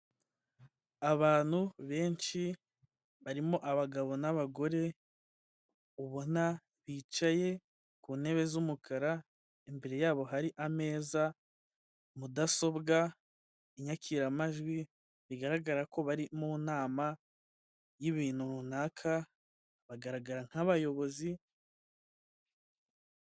Abantu benshi barimo abagabo n'abagore ubona bicaye ku ntebe z'umukara imbere yabo hari ameza, mudasobwa, inyakiramajwi bigaragara ko bari mu nama y'ibintu runaka bagaragara nk'abayobozi.